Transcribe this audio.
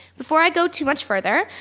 before i go too much further,